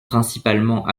principalement